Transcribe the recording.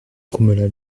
grommela